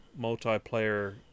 Multiplayer